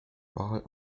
ball